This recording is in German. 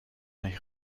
nicht